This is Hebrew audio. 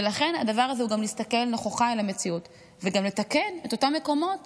ולכן הדבר הזה הוא גם להסתכל נכוחה על המציאות וגם לתקן את אותם מקומות